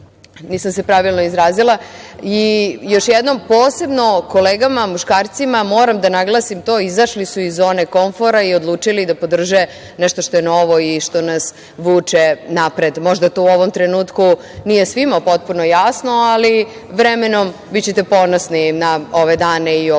nisam se pravilno izrazila, i još jednom posebno kolegama muškarcima moram da naglasim to, izašli su iz onog komfora i odlučili da podrže nešto što je novo i što nas vuče napred. Možda to u ovom trenutku nije svima potpuno jasno, ali vremenom bićete ponosni na ove dane i ovu raspravu.